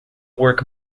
work